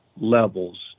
levels